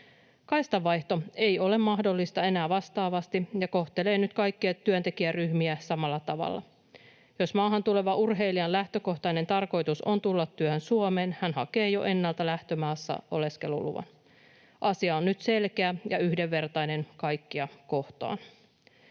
Kaistanvaihto ei ole mahdollista enää vastaavasti ja kohtelee nyt kaikkia työntekijäryhmiä samalla tavalla. Jos maahan tulevan urheilijan lähtökohtainen tarkoitus on tulla työhön Suomeen, hän hakee jo ennalta lähtömaassa oleskeluluvan. Asia on nyt selkeä ja yhdenvertainen kaikkia kohtaan.